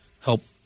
help